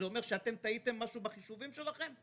זה אומר שאתם טעיתם בחישובים שלכם?